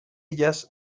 ellas